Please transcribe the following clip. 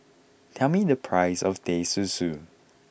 tell me the price of Teh Susu